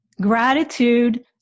gratitude